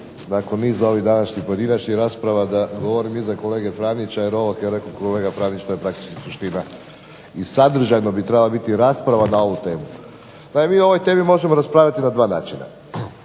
nakon niza ovih današnjih pojedinačnih rasprava da govorim iza kolege Franića jer ovo što je rekao kolega Franić to je ta suština i sadržajno bi trebala biti rasprava na ovu temu. Naime, mi o ovoj temi možemo raspravljati na dva načina: